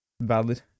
valid